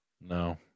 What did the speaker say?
No